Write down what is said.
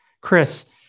Chris